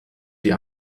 die